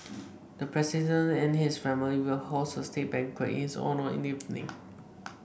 the president and his wife will host a state banquet in his honour in the evening